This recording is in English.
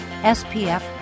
SPF